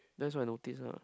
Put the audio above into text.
that's what I noticed ah